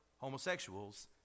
homosexuals